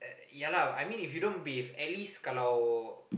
uh ya lah I mean if you don't bathe at least kalau